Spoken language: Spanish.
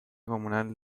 comunal